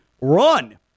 run